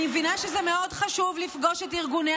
אני מבינה שזה מאוד חשוב לפגוש את ארגוני